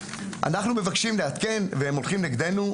אנחנו מבקשים להקל והם הולכים נגדנו,